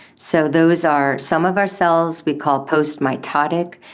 so those are some of our cells we call postmitotic,